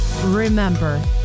remember